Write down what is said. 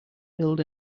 build